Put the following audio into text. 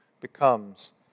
becomes